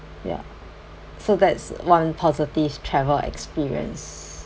ya so that's one positive travel experience